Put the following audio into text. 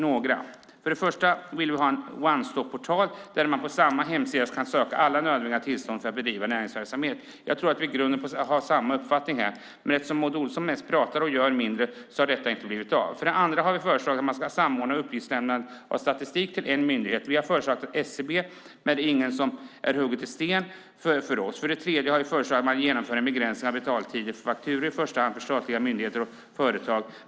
Vi vill för det första ha en one stop-portal där man på samma hemsida kan söka alla nödvändiga tillstånd för att bedriva näringsverksamhet. Jag tror att vi i grunden har samma uppfattning här, men eftersom Maud Olofsson mest pratar och gör mindre har detta inte blivit av. Vi har för det andra föreslagit att man ska samordna uppgiftslämnandet av statistik till en myndighet. Vi har föreslagit SCB, men det är inte något som är hugget i sten för oss. Vi har för det tredje föreslagit att man genomför en begränsning av betaltider för fakturor, i första hand för statliga myndigheter och företag.